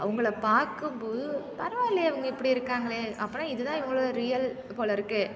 அவங்கள பார்க்கும்போது பரவாயில்லையே இவங்க இப்படி இருக்காங்களே அப்பனா இதுதான் இவங்களோட ரியல் போலிருக்கு